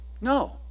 No